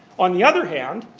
on the other hand,